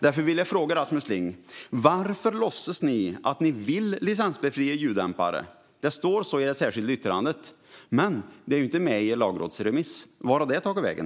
Därför vill jag fråga Rasmus Ling: Varför låtsas ni att ni vill licensbefria ljuddämpare? Det står så i det särskilda yttrandet, men det är inte med i lagrådsremissen. Vart har det tagit vägen?